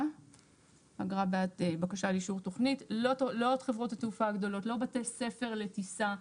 לא עוד חברות התעופה הגדולות, לא בתי ספר לטיסה.